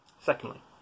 Secondly